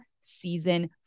season